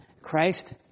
Christ